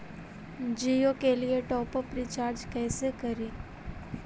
जियो के लिए top up recharge कैसे करी?